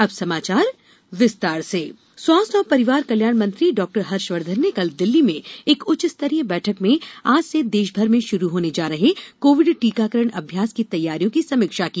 अब समाचार विस्तार से कोविड टीकाकरण ड्राई रन स्वास्थ्य और परिवार कल्याण मंत्री डॉ हर्षवर्धन ने कल दिल्ली में एक उच्चस्तरीय बैठक में आज से देशभर में शुरू होने जा रहे कोविड टीकाकरण अभ्यास की तैयारियों की समीक्षा की